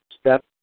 step